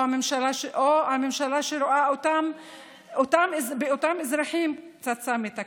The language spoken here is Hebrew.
או הממשלה, שרואה באותם אזרחים פצצה מתקתקת?